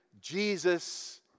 Jesus